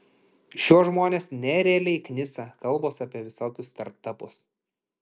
šiuos žmones nerealiai knisa kalbos apie visokius startapus